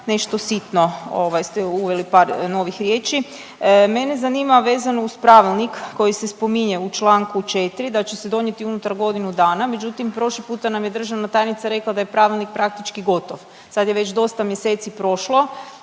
nešto sitno ovaj ste uveli par novih riječi. Mene zanima vezano uz pravilnik koji se spominje u čl. 4 da će se donijeti unutar godinu dana, međutim prošli puta nam je državna tajnica rekla da je pravilnik praktički gotov. Sad je već dosta mjeseci prošlo.